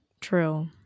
True